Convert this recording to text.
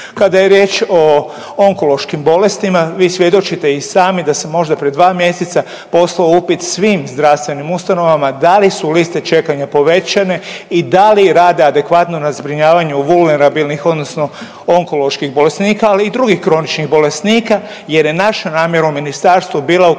Kada je riječ o onkološkim bolestima vi svjedočite i sami da sam možda pre dva mjeseca poslao upit svim zdravstvenim ustanovama da li su liste čekanja povećane i da li rade adekvatno na zbrinjavanju vulnerabilnih odnosno onkoloških bolesnika, ali i drugih kroničnih bolesnika jer je naša namjera u ministarstvu bila